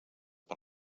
per